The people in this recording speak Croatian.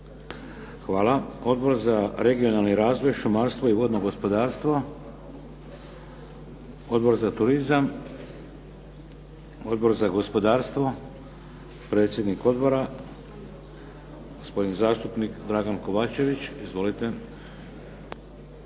Hvala. Odbor za regionalni razvoj, šumarstvo i vodno gospodarstvo? Odbor za turizam? Odbor za gospodarstvo? Predsjednik odbora gospodin zastupnik Dragan Kovačević. Izvolite.